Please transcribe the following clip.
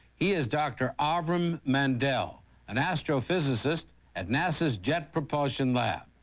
he is dr. um avram mandel an astrophysicist at nasa's jet propulsion lab.